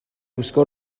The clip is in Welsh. gwisgo